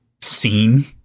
scene